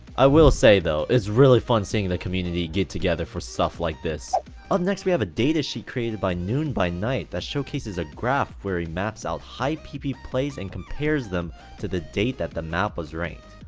i will say though. it's really fun seeing the community get together for stuff like this um next we have a datasheet created by noonbynight that showcases a graph where he maps out high pp plays and compares them to the date that the map was ranked.